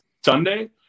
Sunday